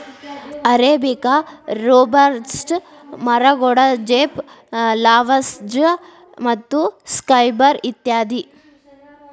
arabica, robusta, ಮರಗೋಡಜೇಪ್, Lavazza ಮತ್ತು Skybury ಇತ್ಯಾದಿ